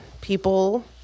people